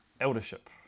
eldership